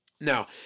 Now